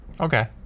Okay